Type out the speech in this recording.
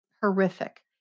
horrific